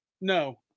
No